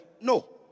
No